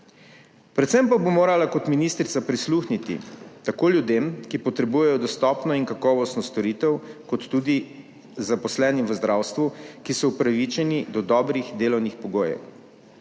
Predvsem pa bo morala kot ministrica prisluhniti tako ljudem, ki potrebujejo dostopno in kakovostno storitev kot tudi zaposlenim v zdravstvu, ki so upravičeni do dobrih delovnih pogojev.